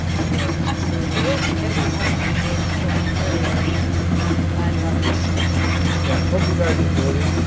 it was yeah it was it was one of my favorite i like literally i loved it yeah hope you guys enjoyed it